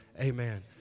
amen